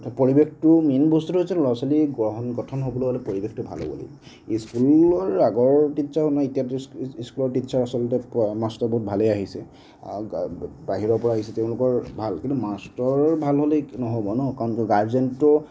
পৰিৱেশটো মেইন বস্তুটো হৈছে ল'ৰা ছোৱালী গঠন হবলৈ হ'লে পৰিৱেশটো ভাল হ'ব লাগিব স্কুলৰ আগৰ টিচাৰো নাই এতিয়াতো স্কুলৰ টিচাৰ আচলতে কয় মাষ্টৰ বহুত ভালেই আহিছে বাহিৰৰ পৰাও আহিছে তেওঁলোকৰ ভাল কিন্তু মাষ্টৰ ভাল হ'লেই নহ'ব ন' কাৰণ গাৰ্জেণ্টো